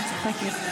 אני צוחקת.